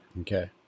Okay